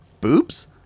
boobs